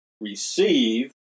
receive